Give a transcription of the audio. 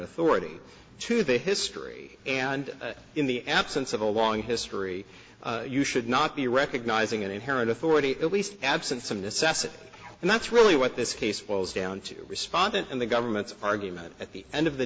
authority to the history and in the absence of a long history you should not be recognizing an inherent authority at least absent some necessity and that's really what this case boils down to respondent in the government's argument at the end of the